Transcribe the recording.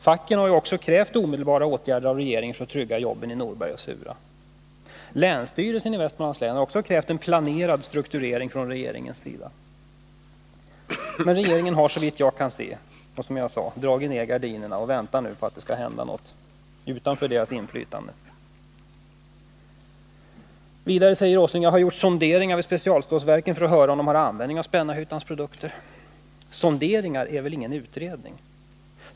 Facken har också krävt omedelbara åtgärder från regeringen för att trygga jobben i Norberg och Surahammar. Länsstyrelsen i Västmanlands län har också krävt en planerad strukturering från regeringens sida. Men regeringen har — såvitt jag kan se, och som jag tidigare sagt — dragit ned gardinerna, och man väntar nu på att det skall hända något, utan regeringens inflytande. Vidare säger herr Åsling: Jag har gjort sonderingar vid specialstålsverken för att höra om de har användning för Spännarhyttans produkter. ”Sonderingar” är väl inga utredningar.